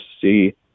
see